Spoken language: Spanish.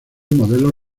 modelos